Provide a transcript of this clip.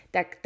Tak